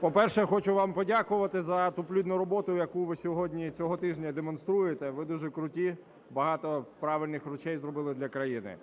По-перше, я хочу вам подякувати за ту плідну роботу, яку ви сьогодні, цього тижня, демонструєте. Ви дуже круті, багато правильних речей зробили для країни.